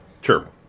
Sure